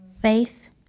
Faith